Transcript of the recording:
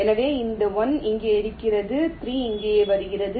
எனவே இந்த 1 இங்கே வருகிறது 3 இங்கே வருகிறது